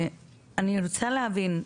אני רוצה להבין.